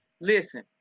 listen